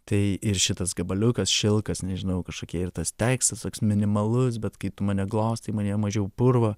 tai ir šitas gabaliukas šilkas nežinau kažkokie ir tas tekstas toks minimalus bet kai tu mane glostai manyje mažiau purvo